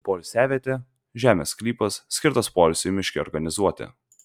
poilsiavietė žemės sklypas skirtas poilsiui miške organizuoti